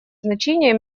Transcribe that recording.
значение